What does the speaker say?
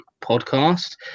podcast